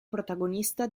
protagonista